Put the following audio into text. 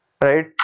right